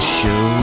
show